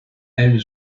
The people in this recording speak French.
elle